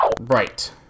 Right